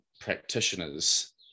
practitioners